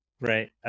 right